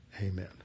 Amen